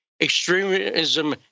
extremism